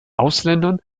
ausländern